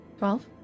Twelve